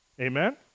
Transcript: Amen